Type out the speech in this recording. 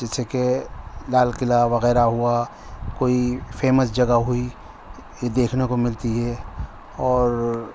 جیسے کہ لال قلعہ وغیرہ ہوا کوئی فیمس جگہ ہوئی یہ دیکھنے کو ملتی ہے اور